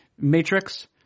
matrix